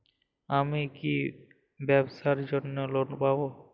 আমি কি ব্যবসার জন্য লোন পাব?